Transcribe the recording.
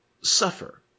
suffer